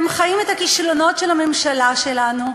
והם חיים את הכישלונות של הממשלה שלנו,